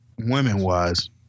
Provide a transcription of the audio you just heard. Women-wise